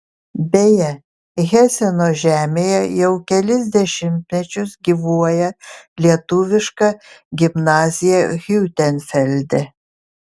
beje heseno žemėje jau kelis dešimtmečius gyvuoja lietuviška gimnazija hiutenfelde